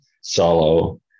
solo